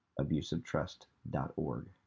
abuseoftrust.org